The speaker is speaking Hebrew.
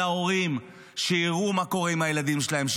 הסברה להורים שיראו מה קורה עם הילדים שלהם,